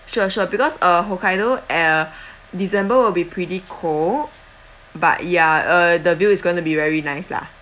sure sure because uh hokkaido at december will be pretty cold but yeah uh the view is going to be very nice lah